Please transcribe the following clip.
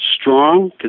strong